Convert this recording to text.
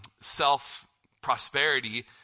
self-prosperity